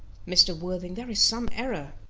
mr. worthing, there is some error.